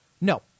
No